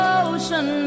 ocean